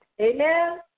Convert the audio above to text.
Amen